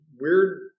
weird